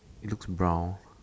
looks brown